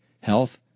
health